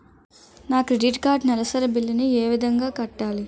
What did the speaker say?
నా credit card నెలసరి bill ని ఏ విధంగా కట్టాలి?